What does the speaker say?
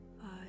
five